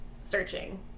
searching